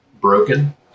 broken